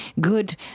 good